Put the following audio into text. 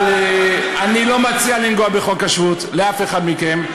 אבל אני לא מציע לנגוע בחוק השבות לאף אחד מכם,